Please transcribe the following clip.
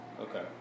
Okay